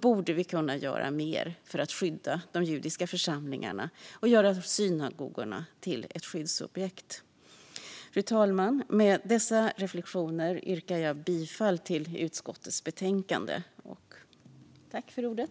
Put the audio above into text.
borde vi kunna göra mer för att skydda de judiska församlingarna och göra synagogor till skyddsobjekt. Fru talman! Med dessa reflektioner yrkar jag bifall till utskottets förslag och avslag på reservationerna.